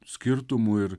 skirtumų ir